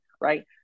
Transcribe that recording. right